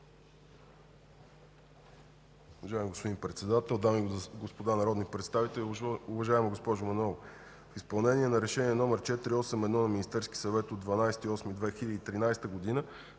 Уважаеми господин Председател, дами и господа народни представители! Уважаема госпожо Манолова, в изпълнение на Решение № 481 на Министерския съвет от 12 август